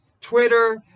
Twitter